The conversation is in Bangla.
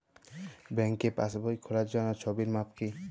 ব্যাঙ্কে পাসবই খোলার জন্য ছবির মাপ কী?